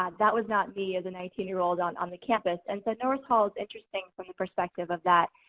ah that was not me, as a nineteen year old on on the campus. and so, norris hall is interesting from the perspective of that,